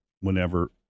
whenever